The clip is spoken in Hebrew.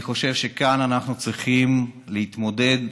אני חושב שכאן אנחנו צריכים להתמודד